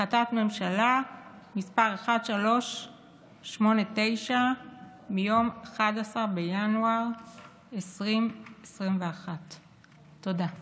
החלטת ממשלה מס' 1389 מיום 11 בינואר 2021. תודה.